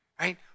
right